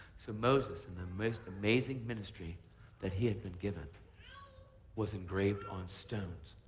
so moses in the most amazing ministry that he had been given was engraved on stones,